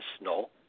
No